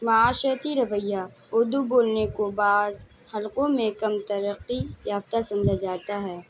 معاشرتی رویہ اردو بولنے کو بعض حلقوں میں کم ترقی یافتہ سمجھا جاتا ہے